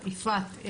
יפעת,